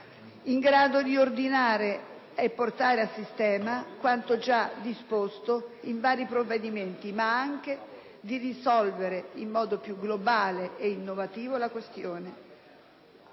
in grado di riordinare e portare a sistema quanto già disposto in diversi provvedimenti, ma anche di risolvere in modo più globale e innovativo le questioni.